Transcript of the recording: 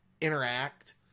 interact